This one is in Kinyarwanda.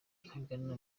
ahagana